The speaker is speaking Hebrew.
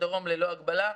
ובדרום ללא הגבלה.